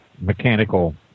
mechanical